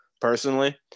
personally